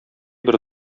бер